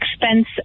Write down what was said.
expense